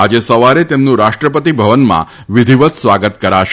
આજે સવારે તેમનું રાષ્ટ્રપતિભવનમાં વિધિવત સ્વાગત કરાશે